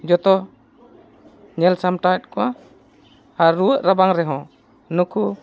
ᱡᱚᱛᱚ ᱧᱮᱞ ᱥᱟᱢᱴᱟᱣᱮᱫ ᱠᱚᱣᱟ ᱟᱨ ᱨᱩᱣᱟᱹᱜ ᱨᱟᱵᱟᱝ ᱨᱮᱦᱚᱸ ᱱᱩᱠᱩ